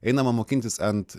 einama mokintis ant